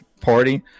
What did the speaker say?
party